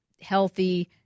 healthy